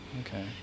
Okay